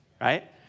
right